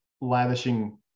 lavishing